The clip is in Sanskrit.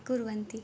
कुर्वन्ति